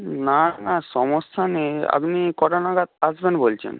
না না সমস্যা নেই আপনি কটা নাগাদ আসবেন বলছেন